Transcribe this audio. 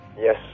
Yes